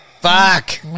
Fuck